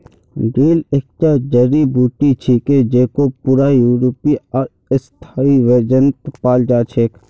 dill एकता जड़ी बूटी छिके जेको पूरा यूरोपीय आर एशियाई व्यंजनत पाल जा छेक